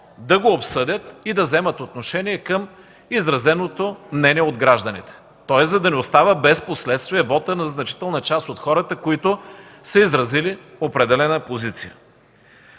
да го обсъдят и да вземат отношение към изразеното мнение от гражданите. Тоест, за да не остава без последствие вотът на значителна част от хората, които са изразили определена позиция.